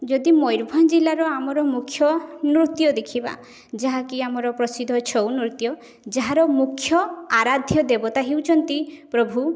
ଯଦି ମୟୂରଭଞ୍ଜ ଜିଲ୍ଲାର ଆମର ମୁଖ୍ୟ ନୃତ୍ୟ ଦେଖିବା ଯାହାକି ଆମର ପ୍ରସିଦ୍ଧ ଛଉ ନୃତ୍ୟ ଯାହାର ମୁଖ୍ୟ ଆରାଧ୍ୟ ଦେବତା ହେଉଛନ୍ତି ପ୍ରଭୁ